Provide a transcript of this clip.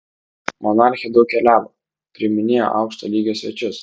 monarchė daug keliavo priiminėjo aukšto lygio svečius